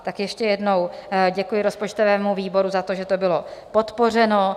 Tak ještě jednou děkuji rozpočtovému výboru za to, že to bylo podpořeno.